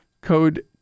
Code